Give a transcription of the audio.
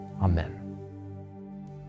Amen